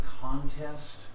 contest